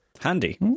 Handy